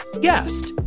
guest